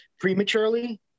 prematurely